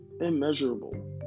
immeasurable